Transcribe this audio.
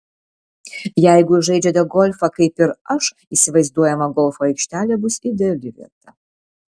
jeigu žaidžiate golfą kaip ir aš įsivaizduojama golfo aikštelė bus ideali vieta